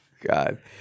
God